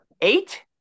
eight